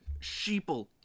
Sheeple